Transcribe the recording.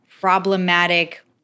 problematic